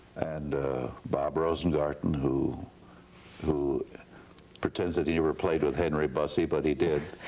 and bob rosengarden, who who pretends that he never played with henry bussey but he did.